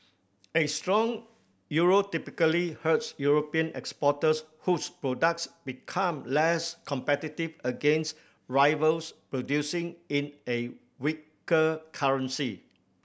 a strong euro typically hurts European exporters whose products become less competitive against rivals producing in a weaker currency